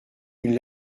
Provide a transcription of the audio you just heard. une